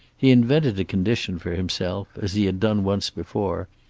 he invented a condition for himself, as he had done once before,